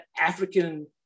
African